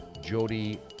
Jody